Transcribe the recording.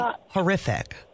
horrific